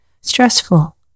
stressful